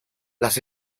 las